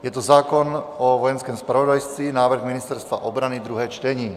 Je to zákon o Vojenském zpravodajství, návrh Ministerstva obrany, druhé čtení.